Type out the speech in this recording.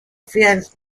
fiance